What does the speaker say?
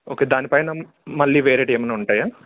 okay దానిపైన మళ్ళీ వేరేవి ఏమైనా ఉంటాయా